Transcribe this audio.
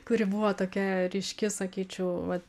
kuri buvo tokia ryški sakyčiau vat